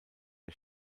der